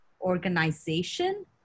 organization